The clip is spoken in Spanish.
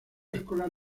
escolar